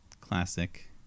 classic